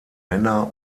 männer